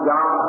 God